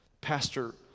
pastor